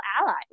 allies